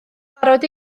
barod